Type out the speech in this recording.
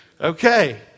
Okay